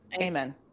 Amen